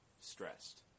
stressed